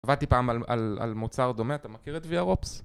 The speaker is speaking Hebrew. עבדתי פעם על מוצר דומה, אתה מכיר את VROPS?